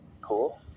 Cool